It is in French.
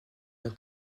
d’un